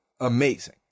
amazing